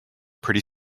pretty